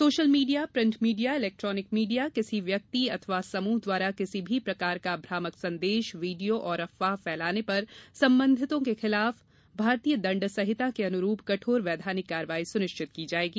social media print media electronic media किसी व्यक्ति अथवा समूह द्वारा किसी भी प्रकार का भ्रामक संदेश वीडियो और अफवाह फैलाने पर संबंधितों के खिलाफ भारतीय दण्ड संहिता के अनुरूप कठोर वैधानिक कार्रवाई सुनिश्चित की जायेगी